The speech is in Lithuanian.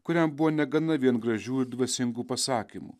kuriam buvo negana vien gražių dvasingų pasakymų